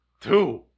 two